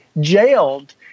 jailed